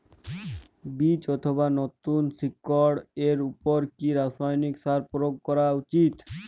বীজ অথবা নতুন শিকড় এর উপর কি রাসায়ানিক সার প্রয়োগ করা উচিৎ?